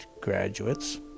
graduates